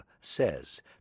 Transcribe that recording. says